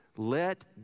Let